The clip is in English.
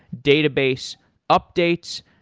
database updates,